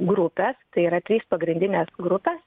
grupės tai yra trys pagrindinės grupės